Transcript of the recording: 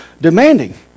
demanding